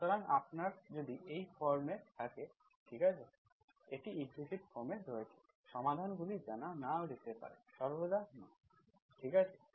সুতরাং আপনার যদি এই ফর্মে থাকে ঠিক আছে এটি ইমপ্লিসিট ফর্ম এ রয়েছে সমাধানগুলি জানা নাও যেতে পারে সর্বদা নয় ঠিক আছে